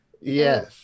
Yes